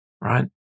right